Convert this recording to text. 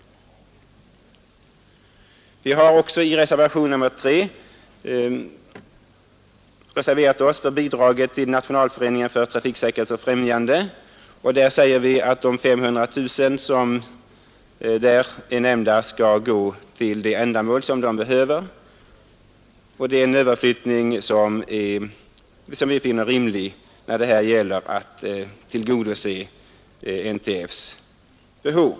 I reservationen 3 beträffande bidraget till Nationalföreningen för trafiksäkerhetens främjande framhåller vi att den begärda anslagshöjningen bör ske genom en överflyttning av 500 000 kronor från trafiksäkerhetsverkets förvaltningskostnader till föreningens verksamhet. Det är rimligt att göra denna överflyttning för att tillgodose NTF:s behov.